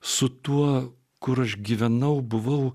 su tuo kur aš gyvenau buvau